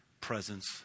presence